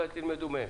אולי תלמדו מהם.